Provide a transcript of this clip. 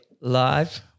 live